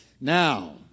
Now